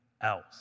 else